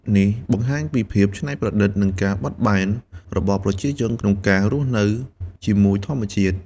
នេះបង្ហាញពីភាពច្នៃប្រឌិតនិងការបត់បែនរបស់ប្រជាជនក្នុងការរស់នៅជាមួយធម្មជាតិ។